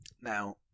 Now